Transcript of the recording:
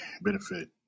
benefit